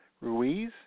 Ruiz